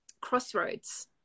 crossroads